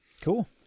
Cool